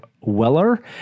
Weller